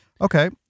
Okay